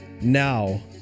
now